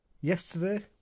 yesterday